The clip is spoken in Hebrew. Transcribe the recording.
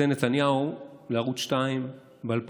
זה נתניהו לערוץ 2 ב-2008.